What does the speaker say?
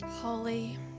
Holy